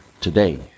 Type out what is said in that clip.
today